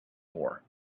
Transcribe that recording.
more